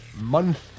month